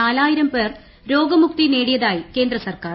നാലായിരം പേർ രോഗ്ർമുക്തി നേടിയതായി കേന്ദ്രസർക്കാർ